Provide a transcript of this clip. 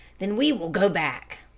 then we will go back.